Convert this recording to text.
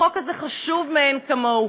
החוק הזה חשוב מאין כמוהו.